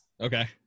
Okay